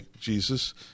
Jesus